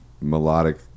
melodic